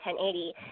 1080